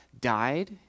died